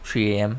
three A_M